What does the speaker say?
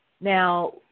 now